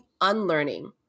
unlearning